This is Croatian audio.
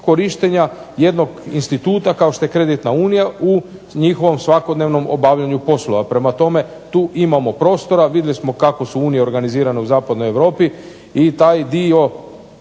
korištenja jednog instituta kao što je kreditna unija u njihovom svakodnevnom obavljanju poslova. Prema tome, tu imamo poslova, vidjeli smo kako su Unije organizirane u zapadnoj Europi i taj dio